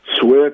switch